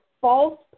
false